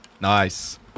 Nice